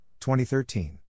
2013